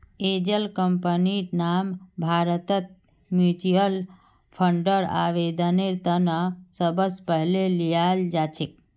angel कम्पनीर नाम भारतत म्युच्युअल फंडर आवेदनेर त न सबस पहले ल्याल जा छेक